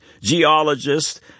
geologists